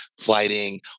flighting